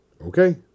Okay